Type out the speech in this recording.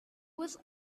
was